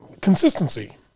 consistency